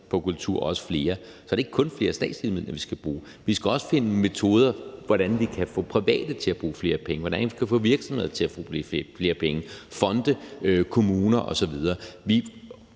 på kultur, og også flere, er det ikke kun flere statslige midler, vi skal bruge; vi skal også finde metoder til, hvordan vi kan få private til at bruge flere penge, og hvordan vi kan få virksomheder, fonde, kommuner osv.